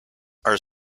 are